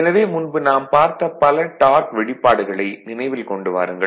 எனவே முன்பு நாம் பார்த்த பல டார்க் வெளிப்பாடுகளை நினைவில் கொண்டு வாருங்கள்